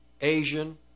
Asian